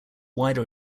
wider